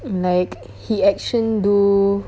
like he action do